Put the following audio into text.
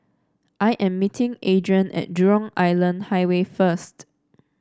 I am meeting Adrianne at Jurong Island Highway first